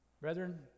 Brethren